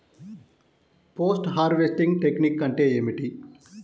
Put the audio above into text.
Post harvesting technique అంటే ఏమిటీ?